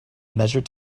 measure